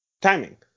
Timing